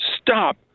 stop